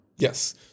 Yes